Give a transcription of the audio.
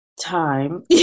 time